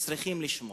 צריכים לשמור.